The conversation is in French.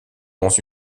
dans